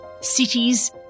cities